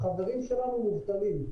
החברים שלנו מובטלים,